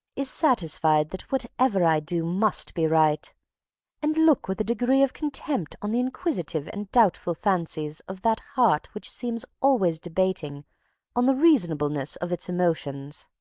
is satisfied that whatever i do must be right and look with a degree of contempt on the inquisitive and doubtful fancies of that heart which seems always debating on the reasonableness of its emotions.